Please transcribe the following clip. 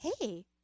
hey